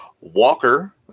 Walker